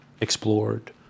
Explored